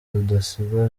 rudasingwa